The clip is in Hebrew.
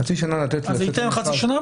חצי שנה לתת למכרז --- אז זה ייתן חצי שנה.